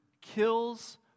kills